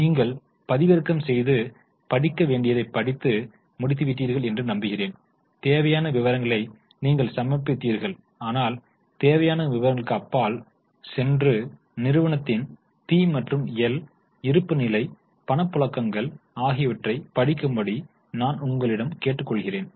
நீங்கள் பதிவிறக்கம் செய்து படிக்க வேண்டியதை படித்து முடித்துவிட்டீர்கள் என்று நம்புகிறேன் தேவையான விவரங்களை நீங்கள் சமர்ப்பித்தீர்கள் ஆனால் தேவையான விவரங்களுக்கு அப்பால் சென்று நிறுவனத்தின் பி மற்றும் எல் இருப்புநிலை பணப்புழக்கங்கள் ஆகியவற்றைப் படிக்கும்படி நான் உங்களிடம் கேட்டுக்கொள்கிறேன்